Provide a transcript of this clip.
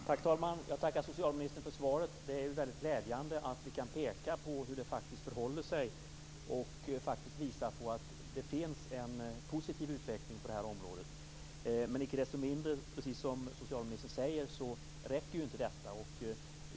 Herr talman! Jag tackar socialministern för svaret. Det är väldigt glädjande att vi kan peka på hur det förhåller sig och visa att det finns en positiv utveckling på det här området. Men icke desto mindre är det som socialministern säger så att detta inte räcker.